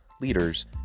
leaders